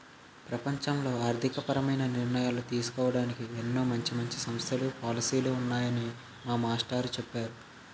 ప్రపంచంలో ఆర్థికపరమైన నిర్ణయాలు తీసుకోడానికి ఎన్నో మంచి మంచి సంస్థలు, పాలసీలు ఉన్నాయని మా మాస్టారు చెప్పేరు